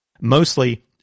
Mostly